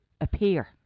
appear